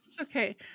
Okay